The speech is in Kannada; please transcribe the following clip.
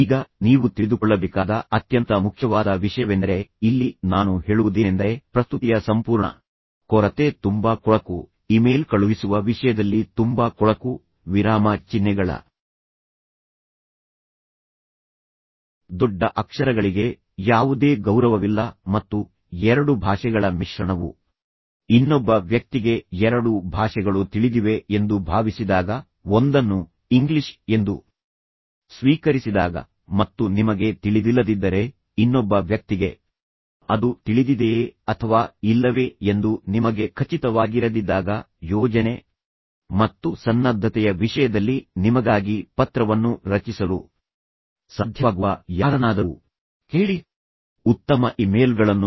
ಈಗ ನೀವು ತಿಳಿದುಕೊಳ್ಳಬೇಕಾದ ಅತ್ಯಂತ ಮುಖ್ಯವಾದ ವಿಷಯವೆಂದರೆ ಇಲ್ಲಿ ನಾನು ಹೇಳುವುದೇನೆಂದರೆ ಪ್ರಸ್ತುತಿಯ ಸಂಪೂರ್ಣ ಕೊರತೆ ತುಂಬಾ ಕೊಳಕು ಇಮೇಲ್ ಕಳುಹಿಸುವ ವಿಷಯದಲ್ಲಿ ತುಂಬಾ ಕೊಳಕು ವಿರಾಮ ಚಿಹ್ನೆಗಳ ದೊಡ್ಡ ಅಕ್ಷರಗಳಿಗೆ ಯಾವುದೇ ಗೌರವವಿಲ್ಲ ಮತ್ತು ಎರಡು ಭಾಷೆಗಳ ಮಿಶ್ರಣವು ಇನ್ನೊಬ್ಬ ವ್ಯಕ್ತಿಗೆ ಎರಡೂ ಭಾಷೆಗಳು ತಿಳಿದಿವೆ ಎಂದು ಭಾವಿಸಿದಾಗ ಒಂದನ್ನು ಇಂಗ್ಲಿಷ್ ಎಂದು ಸ್ವೀಕರಿಸಿದಾಗ ಮತ್ತು ನಿಮಗೆ ತಿಳಿದಿಲ್ಲದಿದ್ದರೆ ಇನ್ನೊಬ್ಬ ವ್ಯಕ್ತಿಗೆ ಅದು ತಿಳಿದಿದೆಯೇ ಅಥವಾ ಇಲ್ಲವೇ ಎಂದು ನಿಮಗೆ ಖಚಿತವಾಗಿರದಿದ್ದಾಗ ಯೋಜನೆ ಮತ್ತು ಸನ್ನದ್ಧತೆಯ ವಿಷಯದಲ್ಲಿ ನಿಮಗಾಗಿ ಪತ್ರವನ್ನು ರಚಿಸಲು ಸಾಧ್ಯವಾಗುವ ಯಾರನ್ನಾದರೂ ಕೇಳಿ ನಂತರ ಅದನ್ನು ಸಂಬಂಧಿತ ಪ್ರಾಧಿಕಾರಕ್ಕೆ ಕಳುಹಿಸಿ ಇದರಿಂದ ನಿಮಗಾಗಿ ಉತ್ತಮ ಅಭಿಪ್ರಾಯವನ್ನು ಸೃಷ್ಟಿಸುತ್ತದೆ